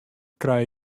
krij